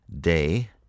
day